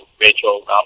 Rachel